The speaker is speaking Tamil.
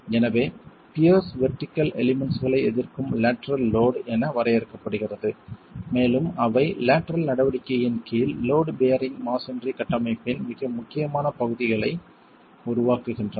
எனவே பியர்ஸ் வெர்டிகள் எலிமெண்ட்ஸ்களை எதிர்க்கும் லேட்டரல் லோட் என வரையறுக்கப்படுகிறது மேலும் அவை லேட்டரல் நடவடிக்கையின் கீழ் லோட் பெயரிங் மஸோன்றி கட்டமைப்பின் மிக முக்கியமான பகுதிகளை உருவாக்குகின்றன